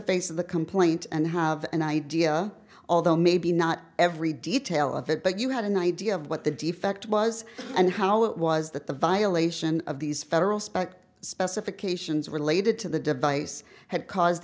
face of the complaint and have an idea although maybe not every detail of it but you had an idea of what the defect was and how it was that the violation of these federal spec specifications related to the device had caused